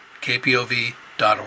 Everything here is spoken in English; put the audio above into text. KPOV.org